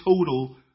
total